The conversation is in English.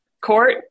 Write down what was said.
Court